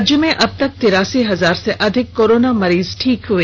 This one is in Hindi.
राज्य में अबतक तिरासी हजार से अधिक कोरोना मरीज ठीक हुए